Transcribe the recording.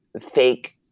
fake